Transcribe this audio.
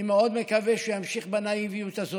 אני מאוד מקווה שימשיך בנאיביות הזאת.